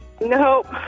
Nope